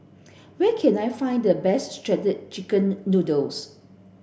where can I find the best shredded chicken noodles